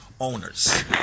owners